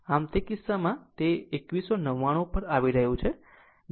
આમ તે કિસ્સામાં તે એક 2199 પર આવી રહ્યું છે